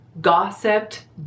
gossiped